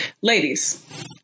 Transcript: ladies